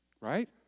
right